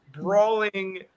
brawling